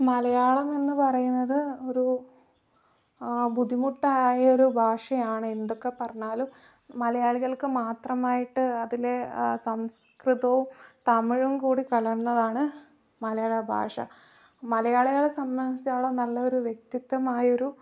മലയാളം എന്നു പറയുന്നത് ഒരു ബുദ്ധിമുട്ടായ ഒരു ഭാഷയാണ് എന്തൊക്കെ പറഞ്ഞാലും മലയാളികൾക്ക് മാത്രമായിട്ട് അതിലെ സംസ്കൃതവും തമിഴും കൂടി കലർന്നതാണ് മലയാള ഭാഷ മലയാളികളെ സംബന്ധിച്ചിടത്തോളം നല്ല ഒരു വ്യക്തിത്വമായ ഒരു